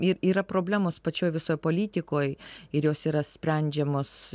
ir yra problemos pačioj visoj politikoj ir jos yra sprendžiamos